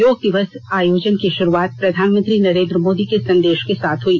योग दिवस आयोजन की शुरूआत प्रधानमंत्री नरेन्द्र मोदी के संदेश के साथ हुई